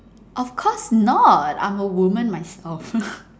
of course not I'm a woman myself